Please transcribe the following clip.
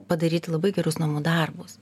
padaryti labai gerus namų darbus